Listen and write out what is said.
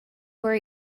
were